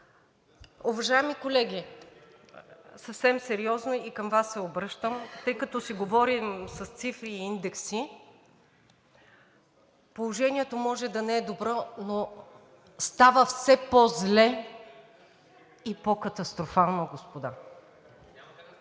Уважаеми колеги, съвсем сериозно към Вас се обръщам, тъй като си говорим с цифри и индекси – положението може да не е добро, но става все по-зле и по-катастрофално, господа.